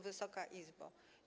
Wysoka Izbo!